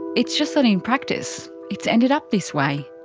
it's just that in practice it's ended up this way.